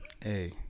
hey